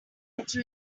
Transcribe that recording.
after